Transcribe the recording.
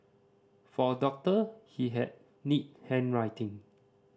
for a doctor he had neat handwriting